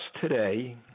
today